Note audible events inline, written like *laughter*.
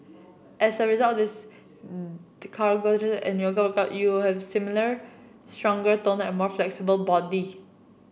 as a result this *unintelligible* and yoga workout you'll have slimmer stronger toner and more flexible body